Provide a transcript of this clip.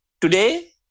Today